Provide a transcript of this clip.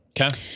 Okay